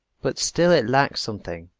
but still it lacks something.